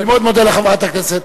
אני מאוד מודה לחברת הכנסת.